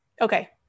okay